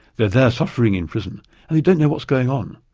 they're there suffering in prison and they don't know what's going on,